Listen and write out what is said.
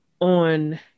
on